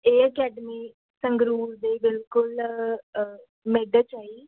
ਇਹ ਅਕੈਡਮੀ ਸੰਗਰੂਰ ਦੇ ਬਿਲਕੁਲ ਮਿਡ 'ਚ ਆ ਜੀ